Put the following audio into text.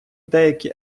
деякі